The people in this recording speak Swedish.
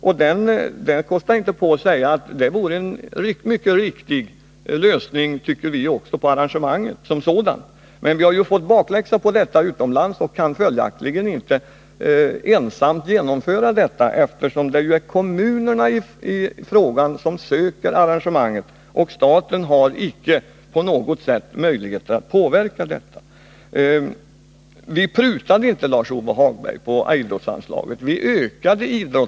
Också vi tycker att den vore en riktig lösning av frågan om arrangemangen. Men det förslaget fick bakläxa utomlands. Och ensamma kan vi inte föreslå en sådan modell, eftersom det är kommunerna som söker arrangemanget. Staten har ingen möjlighet att påverka detta. Vi prutade inte på idrottsanslaget, Lars-Ove Hagberg.